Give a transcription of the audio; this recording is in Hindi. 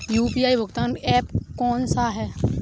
यू.पी.आई भुगतान ऐप कौन सा है?